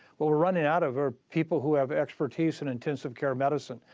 what we're running out of are people who have expertise in intensive care medicine,